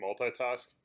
multitask